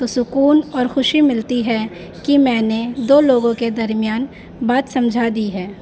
تو سکون اور خوشی ملتی ہے کہ میں نے دو لوگوں کے درمیان بات سمجھا دی ہے